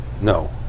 No